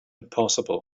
impossible